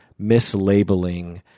mislabeling